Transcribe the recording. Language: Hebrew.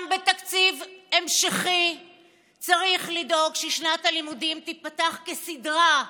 גם בתקציב המשכי צריך לדאוג ששנת הלימודים תיפתח כסדרה.